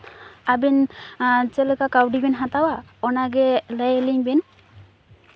ᱟᱹᱵᱤᱱ ᱪᱮᱫ ᱞᱮᱠᱟ ᱠᱟᱹᱣᱰᱤ ᱵᱮᱱ ᱦᱟᱛᱟᱣᱟ ᱚᱱᱟᱜᱮ ᱞᱟᱹᱭ ᱟᱹᱞᱤᱧ ᱵᱤᱱ